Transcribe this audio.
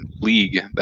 league